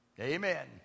Amen